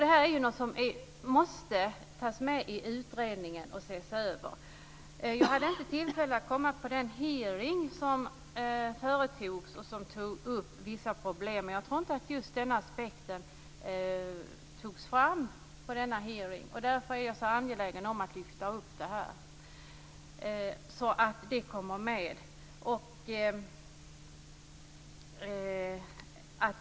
Denna fråga måste tas med i utredningen och ses över. Jag hade inte tillfälle att delta i den hearing som tog upp vissa av dessa problem. Men jag tror inte att den aspekten togs fram under denna hearing. Därför är jag angelägen om att lyfta fram den frågan här.